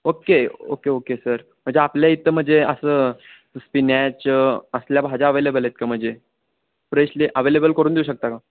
okay okay okay sir म्हणजे आपल्या इथं म्हणजे असं स्पीनॅच असल्या भाज्या अव्हेलेबल आहेत का म्हणजे फ्रेशली अवेलेबल करून देऊ शकता का